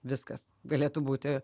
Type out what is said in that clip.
viskas galėtų būti